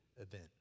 event